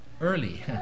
early